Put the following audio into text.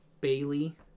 Bailey